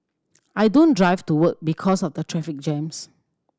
I don't drive to work because of the traffic jams